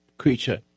creature